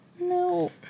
No